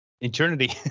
eternity